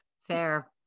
Fair